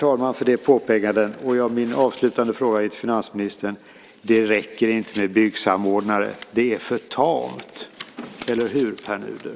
Sedan har jag en avslutande fråga till finansministern. Det räcker inte med byggsamordnare. Det är för tamt, eller hur, Pär Nuder?